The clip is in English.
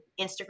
Instagram